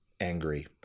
angry